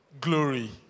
glory